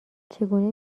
چگونه